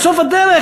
בסוף הדרך,